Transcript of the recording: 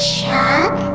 Chuck